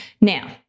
Now